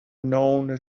known